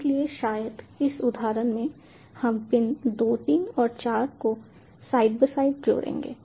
इसलिए शायद इस उदाहरण में हम पिन 2 3 और 4 को साइड बाय साइड जोड़ेंगे